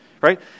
right